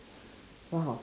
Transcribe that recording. !wow!